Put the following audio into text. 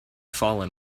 fallen